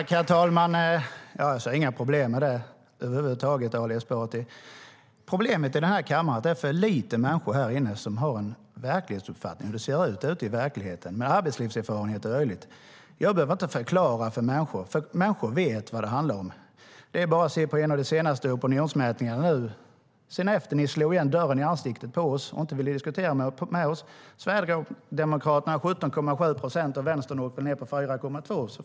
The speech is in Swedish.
Herr talman! Jag ser inga problem med det över huvud taget, Ali Esbati.Jag behöver inte förklara för människor, för de vet vad det handlar om. Det är bara att se på en av de senaste opinionsmätningarna. Efter det att ni slog igen dörren i ansiktet på oss och inte ville diskutera med oss får Sverigedemokraterna nu 17,7 procent, medan Vänstern åker ned till 4,2.